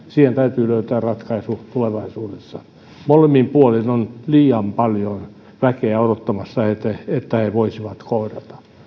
siihen täytyy löytää ratkaisu tulevaisuudessa molemmin puolin on liian paljon väkeä odottamassa että he voisivat kohdata